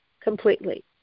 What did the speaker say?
completely